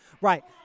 Right